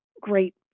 great